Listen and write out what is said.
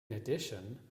addition